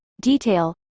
detail